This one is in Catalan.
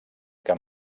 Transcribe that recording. que